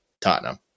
Tottenham